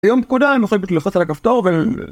ביום פקודה אני מוכרח ללחוץ על הכפתור ו...